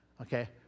Okay